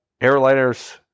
airliners